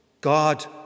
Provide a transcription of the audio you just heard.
God